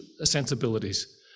sensibilities